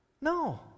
No